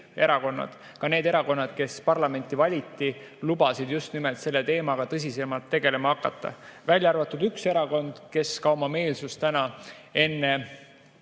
ka need erakonnad, kes parlamenti valiti – lubasid just nimelt selle teemaga tõsisemalt tegelema hakata, välja arvatud üks erakond, kes oma meelsust ka täna enne